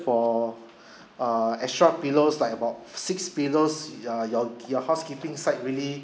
for uh extra pillows like about six pillows your your your housekeeping side really